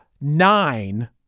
nine